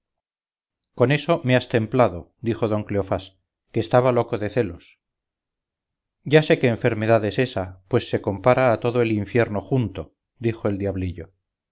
con eso me has templado dijo don cleofás que estaba loco de celos ya sé qué enfermedad es ésa pues se compara a todo el infierno junto dijo el diablillo